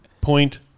point